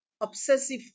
obsessive